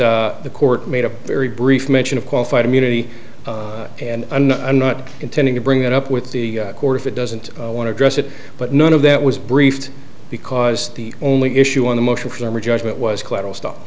that the court made a very brief mention of qualified immunity and and not intending to bring it up with the court if it doesn't want to address it but none of that was briefed because the only issue on the motion for summary judgment was collateral st